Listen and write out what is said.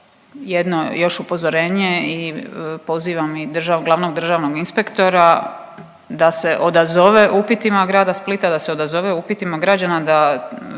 jedno još upozorenje i pozivam i glavnog državnog inspektora da se odazove upitima Grada Splita, da se odazove upitima građana da